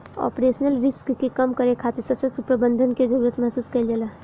operational risk के कम करे खातिर ससक्त प्रबंधन के जरुरत महसूस कईल जाला